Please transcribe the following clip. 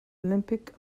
olympic